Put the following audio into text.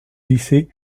lycée